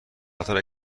قطار